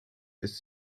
ist